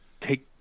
take